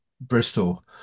Bristol